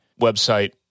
website